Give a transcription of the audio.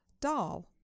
Doll